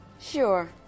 Sure